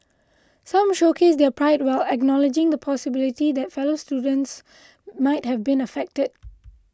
some showcased their pride while acknowledging the possibility that fellow students might have been affected